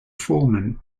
foreman